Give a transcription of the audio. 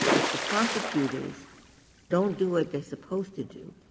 if the prosecutors don't do what they're supposed to do,